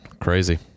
Crazy